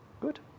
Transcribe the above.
Good